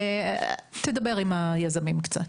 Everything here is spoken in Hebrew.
אז תדבר עם היזמים קצת.